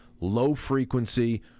low-frequency